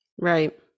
right